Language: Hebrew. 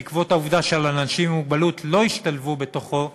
בעקבות העובדה שאנשים עם מוגבלות לא השתלבו בתוכו,